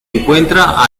encuentra